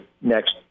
next